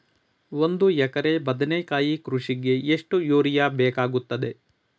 ಒಂದು ಎಕರೆ ಬದನೆಕಾಯಿ ಕೃಷಿಗೆ ಎಷ್ಟು ಯೂರಿಯಾ ಬೇಕಾಗುತ್ತದೆ?